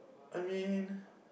I mean